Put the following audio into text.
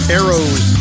arrows